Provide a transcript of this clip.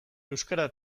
euskara